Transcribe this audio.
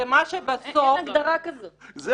תוכלי לענות לה.